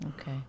Okay